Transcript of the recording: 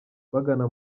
bagana